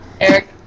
Eric